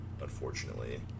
unfortunately